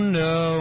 no